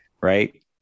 Right